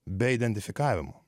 be identifikavimo